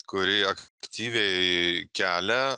kuri aktyviai kelia